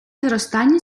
зростання